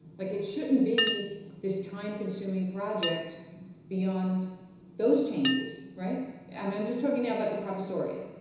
like it shouldn't be this time-consuming project beyond those changes, right? i mean i'm just talking now about the professoriate.